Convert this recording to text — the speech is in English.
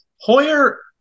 Hoyer